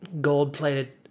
gold-plated